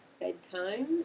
bedtime